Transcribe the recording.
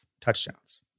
touchdowns